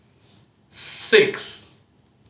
six